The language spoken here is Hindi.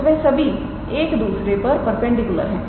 तो वह सभी एक दूसरे पर परपेंडिकुलर हैं